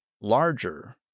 larger